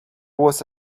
was